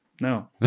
no